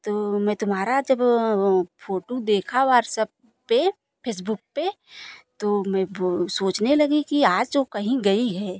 तो मैं तुम्हारा जब फोटू देखा व्हाट्सअप पर फेसबुक पर तो मैं बो सोचने लगी की आज वह कहीं गई है